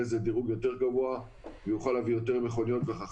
זה דירוג יותר גבוה ויוכל להביא יותר מכוניות.